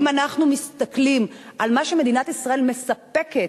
אם אנחנו מסתכלים על מה שמדינת ישראל מספקת,